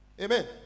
Amen